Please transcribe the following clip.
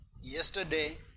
yesterday